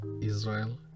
Israel